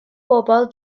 bobol